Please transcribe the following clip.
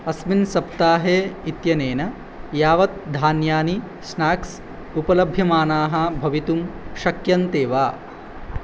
अस्मिन् सप्ताहे इत्यनेन यावत् धान्यानि स्नाक्स् उपलभ्यमानाः भवितुं शक्यन्ते वा